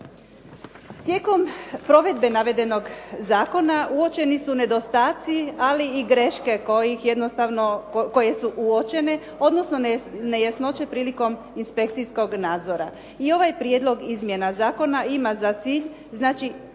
Tijekom provedbe navedenog zakona uočeni su nedostatci, ali i greške kojih jednostavno, koje su uočene, odnosno nejasnoće prilikom inspekcijskog nadzora. I ovaj prijedlog izmjena zakona ima za cilj znači